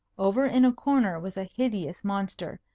over in a corner was a hideous monster,